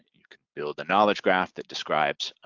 you can build a knowledge graph that describes